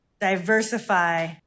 Diversify